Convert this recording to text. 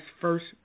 first